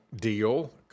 deal